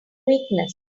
weakness